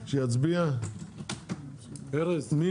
מי